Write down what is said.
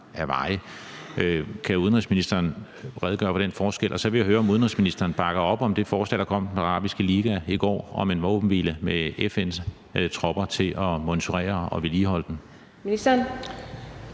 om udenrigsministeren kan redegøre for den forskel? For det andet vil jeg høre, om udenrigsministeren bakker op om det forslag, der kom fra Den Arabiske Liga i går om en våbenhvile med FN's tropper til at monitorere og vedligeholde den.